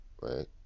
right